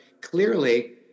clearly